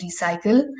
recycle